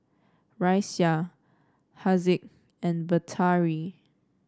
Raisya Haziq and Batari